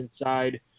inside